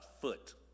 foot